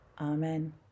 Amen